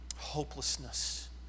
hopelessness